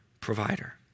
provider